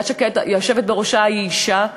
היושבת בראשה היא אישה,